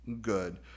good